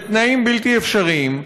בתנאים בלתי אפשריים,